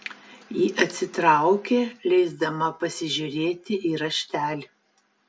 ji atsitraukė leisdama pasižiūrėti į raštelį